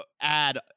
add